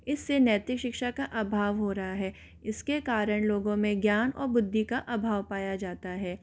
इससे नैतिक शिक्षा का अभाव हो रहा है इसके कारण लोगों में ज्ञान और बुद्धि का अभाव पाया जाता है